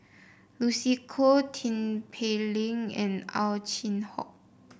Lucy Koh Tin Pei Ling and Ow Chin Hock